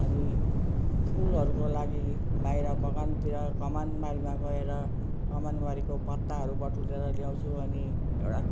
अनि फुलहरूको लागि बाहिर बगानतिर कमानबारीमा गएर कमानबारीको पत्ताहरू बटुलेर ल्याउँछु अनि एउटा